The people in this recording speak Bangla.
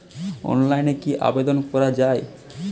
অনলাইনে কি আবেদন করা য়ায়?